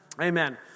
Amen